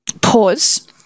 pause